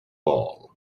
ball